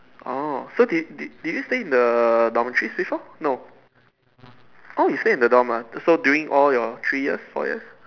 oh so did did did you stay in the dormitories before no oh you stay in the dorm ah so during your all your three years four years